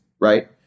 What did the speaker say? right